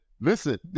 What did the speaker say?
listen